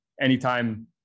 anytime